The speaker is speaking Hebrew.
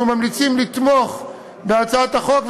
אנחנו ממליצים לתמוך בהצעת החוק.